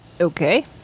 Okay